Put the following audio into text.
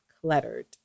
cluttered